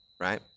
Right